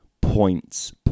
points